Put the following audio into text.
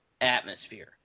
atmosphere